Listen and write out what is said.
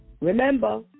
Remember